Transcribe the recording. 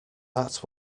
that